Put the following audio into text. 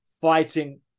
fighting